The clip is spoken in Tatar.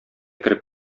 кереп